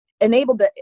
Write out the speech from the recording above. enabled